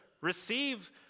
receive